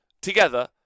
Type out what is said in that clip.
together